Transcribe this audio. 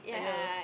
!aiyo!